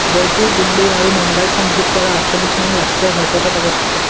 জয়পুৰ দিল্লী আৰু মুম্বাইক সংযোগ কৰা আঠচল্লিছ নং ৰাষ্ট্ৰীয় ঘাইপথত অৱস্থিত